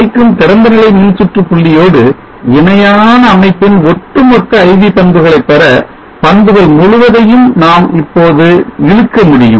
கிடைக்கும் திறந்தநிலை மின்சுற்று புள்ளியோடு இணையான அமைப்பின் ஒட்டுமொத்த IV பண்புகளை பெற பண்புகள் முழுவதையும் நாம் இப்போது இழுக்க முடியும்